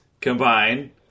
combine